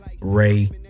Ray